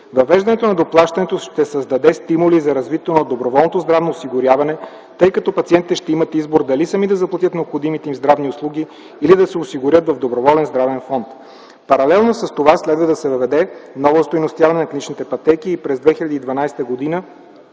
Въвеждането на доплащането ще създаде стимули за развитие на доброволното здравно осигуряване, тъй като пациентите ще имат избор дали сами да заплатят необходимите им здравни услуги или да се осигурят в доброволен здравен фонд. Паралелно с това следва да се въведе ново остойностяване на клиничните пътеки и през 2012 г. да